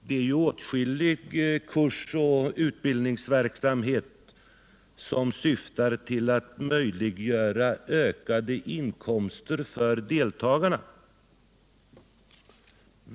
Det är ju åtskillig kursoch utbildningsverksamhet som syftar till att möjliggöra ökade inkomster för deltagarna.